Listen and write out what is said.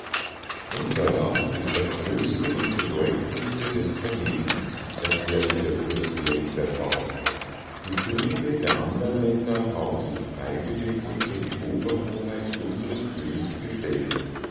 unser land ist das größte und bedeutendste des planeten erklärte der fürst während der fahrt die könige der andern länder haben sich freiwillig unter die oberhoheit unsres königs gestellt